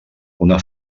una